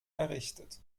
errichtet